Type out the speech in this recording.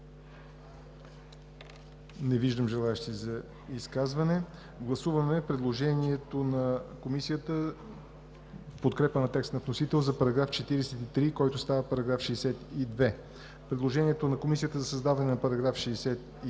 Не виждам желаещи за изказване. Гласуваме предложението на Комисията в подкрепа на текста на вносител за § 43, който става § 62; предложението на Комисията за създаване на § 63;